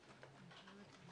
מתנצלת,